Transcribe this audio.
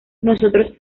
nosotros